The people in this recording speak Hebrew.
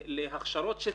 לגבי הכשרות שצריך.